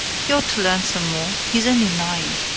he ought to learn some more. he's only nine.